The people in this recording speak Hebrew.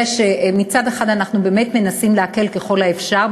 שמצד אחד אנחנו באמת מנסים להקל ככל האפשר,